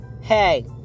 hey